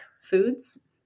foods